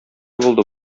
булды